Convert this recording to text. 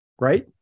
Right